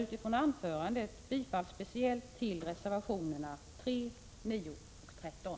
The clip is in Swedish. Utifrån mitt anförande yrkar jag bifall speciellt till reservationerna 3, 9 och 13.